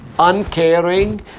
Uncaring